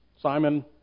Simon